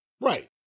Right